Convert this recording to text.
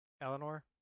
eleanor